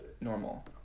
normal